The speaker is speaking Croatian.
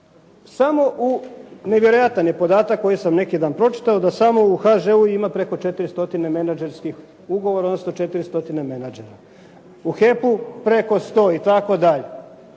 svega. Nevjerojatan je podatak koji sam neki dan pročitao da smo u HŽ-u ima preko 4 stotine menadžerskih ugovora odnosno 4 stotine menadžera. U HEP-u preko 100 itd.